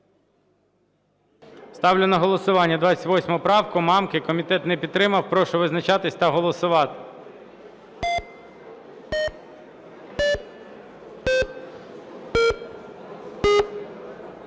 Ставлю на голосування 28 правку Мамки. Комітет не підтримав. Прошу визначатись та голосувати.